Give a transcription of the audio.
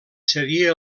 seria